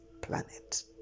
planet